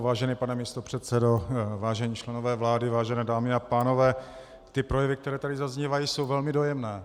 Vážený pane místopředsedo, vážení členové vlády, vážené dámy a pánové, ty projevy, které tu zaznívají, jsou velmi dojemné.